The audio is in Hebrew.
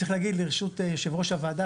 צריך להגיד לרשות יושב ראש הוועדה,